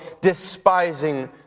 despising